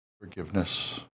forgiveness